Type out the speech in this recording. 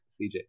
CJ